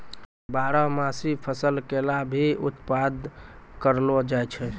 बारहमासी फसल केला भी उत्पादत करलो जाय छै